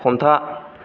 हमथा